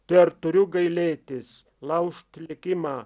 tai ar turiu gailėtis laužt likimą